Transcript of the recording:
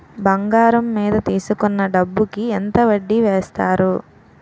బంగారం మీద తీసుకున్న డబ్బు కి ఎంత వడ్డీ వేస్తారు?